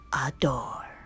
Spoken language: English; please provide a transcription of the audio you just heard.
adore